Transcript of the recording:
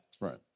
Right